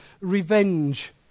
revenge